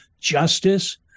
justice